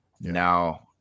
Now